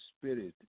Spirit